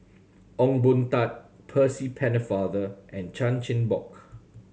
Ong Boon Tat Percy Pennefather and Chan Chin Bock